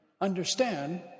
understand